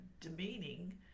demeaning